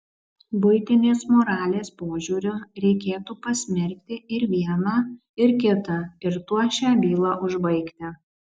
buitinės moralės požiūriu reikėtų pasmerkti ir vieną ir kitą ir tuo šią bylą užbaigti